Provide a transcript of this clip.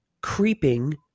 creeping